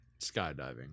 skydiving